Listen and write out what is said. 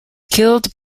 killed